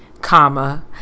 comma